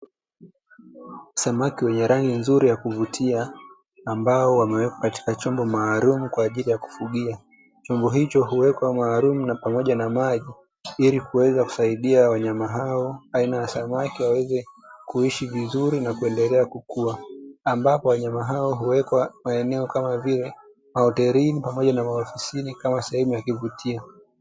Samaki wenye rangi nzuri ya kuvutia ambao wamewekwa katika chombo maalumu kwa ajili ya kufugia. Chombo hicho huwekwa maalumu pamoja na maji ili kuweza kusaidia wanyama hao aina ya samaki waweze kuishi vizuri na kuendelea kukua. Ambapo wanyama hao huwekwa kwenye eneo kama vile mahotelini pamoja na maofisini kama sehemu ya kivutio.